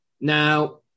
Now